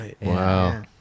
wow